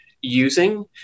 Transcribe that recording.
using